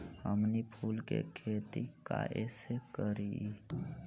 हमनी फूल के खेती काएसे करियय?